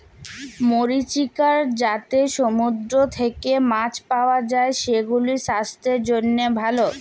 mariculture যাতে সমুদ্র থেক্যে মাছ পাওয়া যায়, সেগুলাসাস্থের জন্হে ভালো